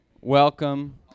Welcome